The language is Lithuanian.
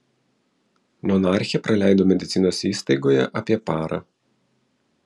monarchė praleido medicinos įstaigoje apie parą